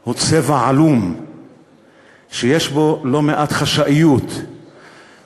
הוא צבע עלום שיש בו לא מעט חשאיות ויש